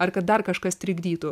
ar kad dar kažkas trikdytų